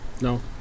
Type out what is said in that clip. No